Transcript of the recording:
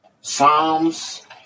Psalms